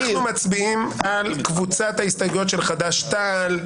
אנחנו מצביעים על ההסתייגויות של קבוצת חד"ש-תע"ל.